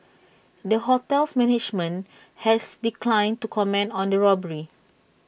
the hotel's management has declined to comment on the robbery